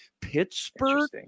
Pittsburgh